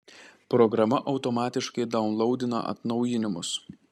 programa automatiškai daunlaudina atnaujinimus